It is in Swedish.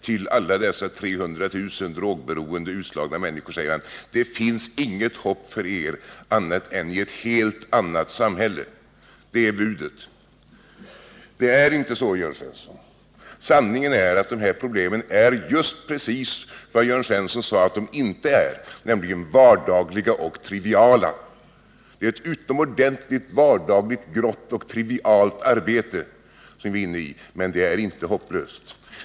Till alla de 300 000 drogberoende och utslagna människorna säger han: Det finns inget hopp för er annat än i ett helt annat samhälle. Det är hans tes. Det är inte så, Jörn Svensson. Sanningen är den att detta problem är just det som Jörn Svensson sade att det inte är, nämligen vardagligt och trivialt. Det är ett utomordentligt vardagligt, grått och trivialt arbete som vi är inne i, men det är inte hopplöst.